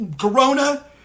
corona